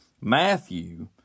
Matthew